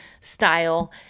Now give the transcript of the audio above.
style